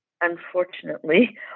unfortunately